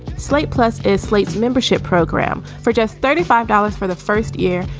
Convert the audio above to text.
slate plus is slate's membership program for just thirty five dollars for the first year.